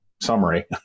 summary